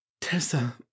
tessa